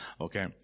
Okay